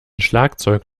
schlagzeug